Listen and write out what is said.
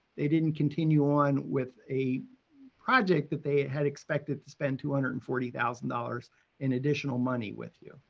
they didn't continue on with a project that they had expected to spend two hundred and forty thousand dollars in additional money with you.